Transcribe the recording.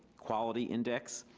quality index,